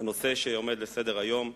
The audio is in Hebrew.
הנושא שעומד על סדר-היום,